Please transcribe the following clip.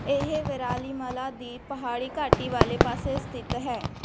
ਇਹ ਵੇਰਾਲੀਮਾਲਾ ਦੀ ਪਹਾੜੀ ਘਾਟੀ ਵਾਲੇ ਪਾਸੇ ਸਥਿਤ ਹੈ